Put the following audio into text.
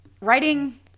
Writing